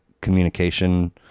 communication